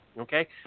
Okay